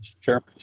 Sure